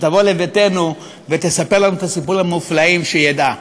שתבוא לביתנו ותספר לנו את הסיפורים המופלאים שהיא ידעה.